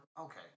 Okay